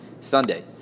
Sunday